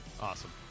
awesome